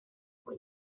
pwy